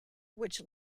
which